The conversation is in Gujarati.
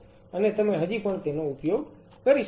અને તમે હજી પણ તેનો ઉપયોગ કરી શકો છો